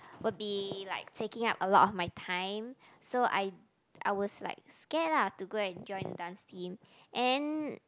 will be like taking up a lot of my time so I I was like scared lah to go and join dance team and